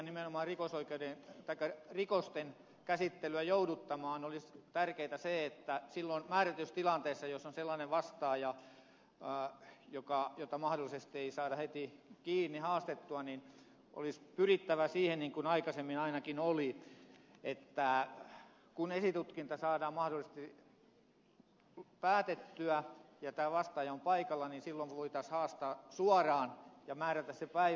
nimenomaan rikosten käsittelyn jouduttamiseksi olisi tärkeätä se että määrätyissä tilanteissa joissa on sellainen vastaaja jota mahdollisesti ei heti saada haastettua olisi pyrittävä siihen niin kuin aikaisemmin ainakin oli että kun esitutkinta saadaan mahdollisesti päätettyä ja vastaaja on paikalla niin silloin voitaisiin haastaa suoraan ja määrätä se päivä